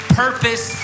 purpose